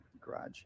garage